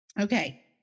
Okay